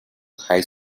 high